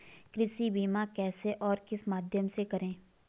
कृषि बीमा कैसे और किस माध्यम से करें?